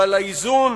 ועל האיזון